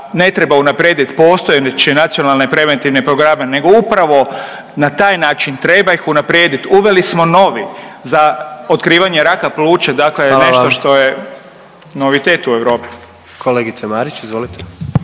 ne treba unaprijedit postojeće nacionalne preventivne programe nego upravo na taj način treba ih unaprijedit, uveli smo novi za otkrivanje raka pluća, dakle…/Upadica predsjednik: Hvala vam/…nešto što je novitet